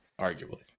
Arguably